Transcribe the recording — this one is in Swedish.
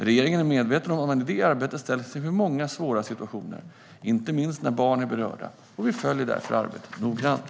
Regeringen är medveten om att man i det arbetet ställs inför många svåra situationer, inte minst när barn är berörda, och vi följer arbetet noggrant.